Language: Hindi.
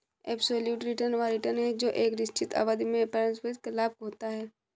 एब्सोल्यूट रिटर्न वह रिटर्न है जो एक निश्चित अवधि में परिसंपत्ति का लाभ होता है